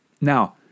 Now